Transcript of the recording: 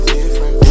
different